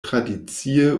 tradicie